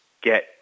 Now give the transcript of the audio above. get